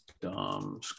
DOM